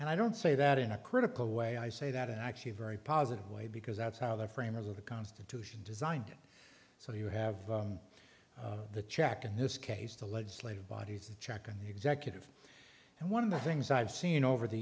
and i don't say that in a critical way i say that it actually a very positive way because that's how the framers of the constitution designed it so you have the check in this case the legislative bodies a check on the executive and one of the things i've seen over the